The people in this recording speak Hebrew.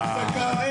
הפסקה.